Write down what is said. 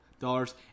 dollars